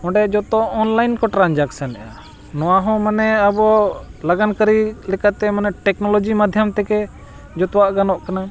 ᱚᱸᱰᱮ ᱡᱚᱛᱚ ᱚᱱᱞᱟᱭᱤᱱ ᱠᱚ ᱴᱨᱟᱱᱡᱮᱠᱥᱮᱱ ᱮᱫᱟ ᱱᱚᱣᱟ ᱦᱚᱸ ᱢᱟᱱᱮ ᱟᱵᱚ ᱞᱟᱜᱟᱱ ᱠᱟᱹᱨᱤ ᱞᱮᱠᱟᱛᱮ ᱢᱟᱱᱮ ᱴᱮᱠᱱᱳᱞᱚᱡᱤ ᱢᱟᱫᱽᱫᱷᱚᱢ ᱛᱮᱜᱮ ᱡᱚᱛᱚᱣᱟᱜ ᱜᱟᱱᱚᱜ ᱠᱟᱱᱟ